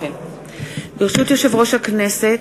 ברשות יושב-ראש הכנסת,